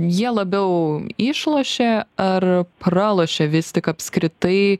jie labiau išlošė ar pralošė vis tik apskritai